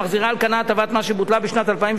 שמחזירה על כנה הטבת מס שבוטלה בשנת 2003,